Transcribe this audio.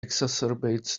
exacerbates